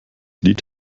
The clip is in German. lied